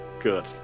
Good